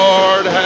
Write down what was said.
Lord